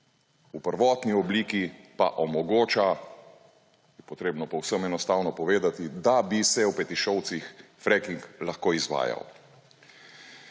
V prvotni obliki pa omogoča, to je potrebno povsem enostavno povedati, da bi se v Petišovcih fracking lahko izvajal.